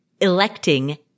electing